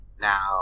now